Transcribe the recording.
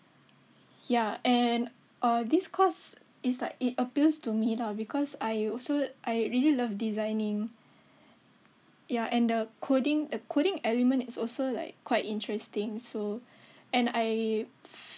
ya and err this course is like it appeals to me lah because I also I really love designing ya and the coding coding element is also like quite interesting so and I